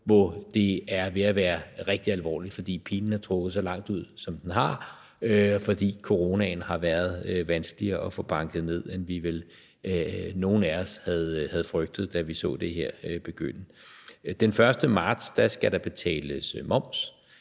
hvor det er ved at være rigtig alvorligt, fordi pinen er trukket så langt ud, som den er, fordi coronaen har været vanskeligere at få banket ned, end vi vel nogen af os havde frygtet, da vi så det her begynde. Den 1. marts skal der betales moms.